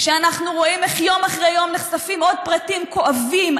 כשאנחנו רואים איך יום אחרי יום נחשפים עוד פרטים כואבים,